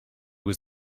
was